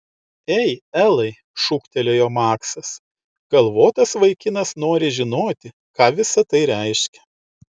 ei elai šūktelėjo maksas galvotas vaikinas nori žinoti ką visa tai reiškia